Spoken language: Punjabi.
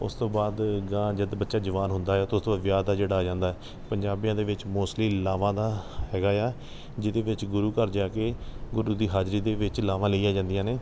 ਉਸ ਤੋਂ ਬਾਅਦ ਗਾਂਹ ਜਦ ਬੱਚਾ ਜਵਾਨ ਹੁੰਦਾ ਆ ਤਾਂ ਉਸ ਤੋਂ ਬਾਦ ਵਿਆਹ ਦਾ ਜਿਹੜਾ ਆ ਜਾਂਦਾ ਹੈ ਪੰਜਾਬੀਆਂ ਦੇ ਵਿੱਚ ਮੋਸਟਲੀ ਲਾਵਾਂ ਦਾ ਹੈਗਾ ਏ ਆ ਜਿਹਦੇ ਵਿੱਚ ਗੁਰੂ ਘਰ ਜਾ ਕੇ ਗੁਰੂ ਦੀ ਹਾਜ਼ਰੀ ਦੇ ਵਿੱਚ ਲਾਵਾਂ ਲਈਆਂ ਜਾਂਦੀਆਂ ਨੇ